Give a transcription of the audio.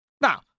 Now